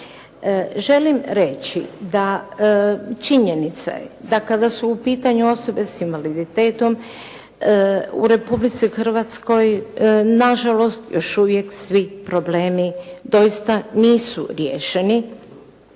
Želim reći da činjenica je da kada su u pitanju osobe s invaliditetom u Republici Hrvatskoj, nažalost još uvijek svi problemi doista nisu riješeni